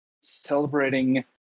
celebrating